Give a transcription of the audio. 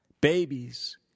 babies